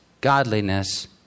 godliness